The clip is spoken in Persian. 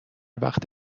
وقت